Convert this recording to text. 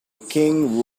king